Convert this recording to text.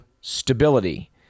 stability